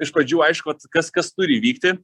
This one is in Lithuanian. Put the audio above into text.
iš pradžių aišku kas kas turi įvykti